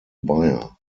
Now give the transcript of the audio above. buyer